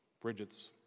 Bridget's